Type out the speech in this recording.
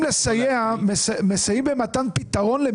להצביע עליהם ואני מצביע יחד עם הממשלה.